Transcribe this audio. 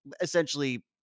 essentially